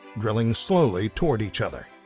drilling slowly toward each other.